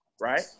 right